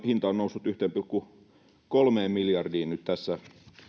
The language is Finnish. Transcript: hinta on noussut yhdestä pilkku kahdesta miljardista yhteen pilkku kolmeen miljardiin nyt tässä